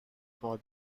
for